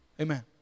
Amen